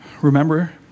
Remember